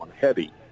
Heavy